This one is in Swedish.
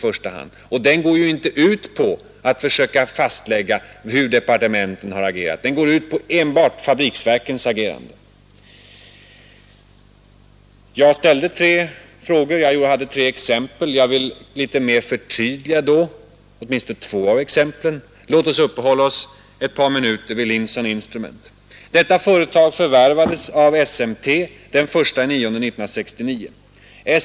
Denna avser ju inte att försöka fastlägga hur departementen agerat utan gäller enbart fabriksverkens agerande. Jag ställde tre frågor, och jag vill förtydliga åtminstone två av dessa. Låt oss ta ett par minuter i anspråk för frågan om Linson Instrument AB. Detta företag förvärvades av SMT den 1 september 1969.